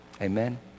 Amen